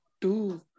two